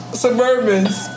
suburbans